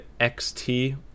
xt